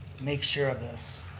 make sure of this.